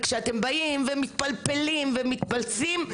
וכשאתם באים ומתפלפלים ומתפלמסים,